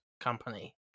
company